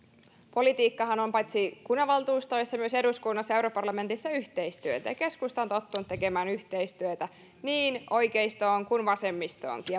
politiikkahan on paitsi kunnanvaltuustoissa myös eduskunnassa ja europarlamentissa yhteistyötä ja keskusta on tottunut tekemään yhteistyötä niin oikeiston kuin vasemmistonkin